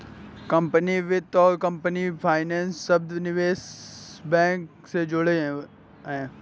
company वित्त और company financier शब्द निवेश बैंक से जुड़े हैं